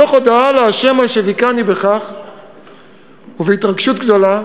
מתוך הודאה לה' על שזיכני בכך ובהתרגשות גדולה,